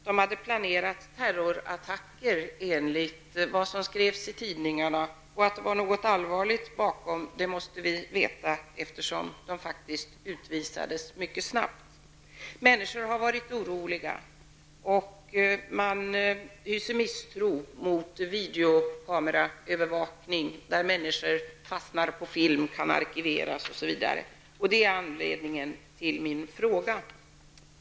De hade enligt vad som skrevs i tidningarna planerat terrorattacker. Det måste ha legat något allvarligt bakom utvisningarna, eftersom dessa faktiskt skedde mycket snabbt. Människor har varit oroliga, och man hyser misstro mot videokameraövervakning som innebär att människor filmas och att filmerna kan arkiveras. Detta är anledningen till min fråga.